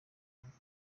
nk’uko